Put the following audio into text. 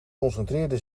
concentreerde